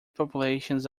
populations